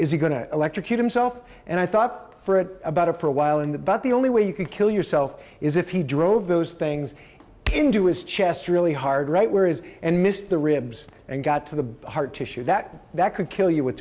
to electrocute himself and i thought for it about it for a while and that but the only way you could kill yourself is if he drove those things into his chest really hard right where is and missed the ribs and got to the heart tissue that that could kill you with